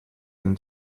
him